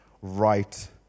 right